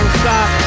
stop